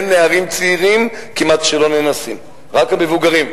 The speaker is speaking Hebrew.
כמעט אין נערים צעירים שלא נאנסים, רק המבוגרים.